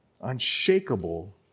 unshakable